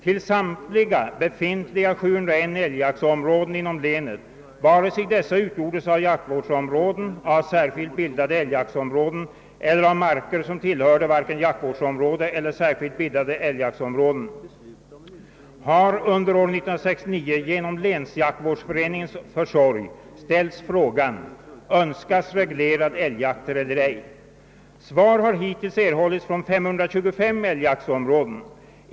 Till samtliga befintliga 701 älgjaktsområden inom länet — vare sig dessa utgjordes av jaktvårdsområden, av särskilt bildade älgjaktsområden eller av marker, som tillhörde varken jaktvårdsområde eller särskilt bildade älgjaktsområden — har under år 1969 genom länsjaktvårdsföreningens försorg ställts frågan: ”Önskas reglerad älgjakt eller ej? Svar har hittills erhållits från 525 älgjaktsområden.